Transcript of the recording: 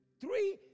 three